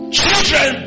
children